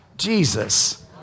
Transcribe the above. Jesus